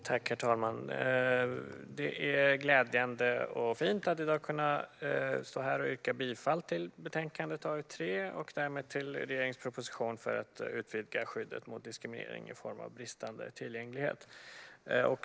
Herr talman! Det är glädjande och fint att i dag kunna stå här och yrka bifall till utskottets förslag i betänkande AU3 och därmed till regeringens proposition för att utvidga skyddet mot diskriminering i form av bristande tillgänglighet.